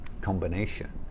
combination